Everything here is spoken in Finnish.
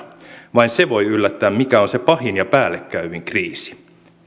vain se voi yllättää mikä on se pahin ja päällekäyvin kriisi